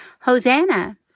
Hosanna